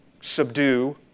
subdue